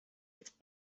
its